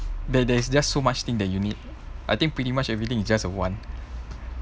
there there's just so much thing that you need I think pretty much everything is just a want